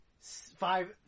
five